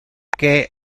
que